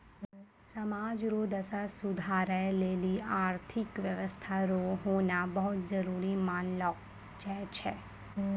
समाज रो दशा सुधारै लेली आर्थिक व्यवस्था रो होना बहुत जरूरी मानलौ जाय छै